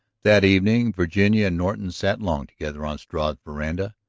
that evening virginia and norton sat long together on struve's veranda.